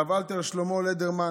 הרב אלתר שלמה לדרמן,